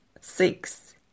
Six